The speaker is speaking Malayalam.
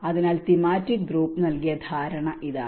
അതിനാൽ തീമാറ്റിക് ഗ്രൂപ്പ് നൽകിയ ധാരണ ഇതാണ്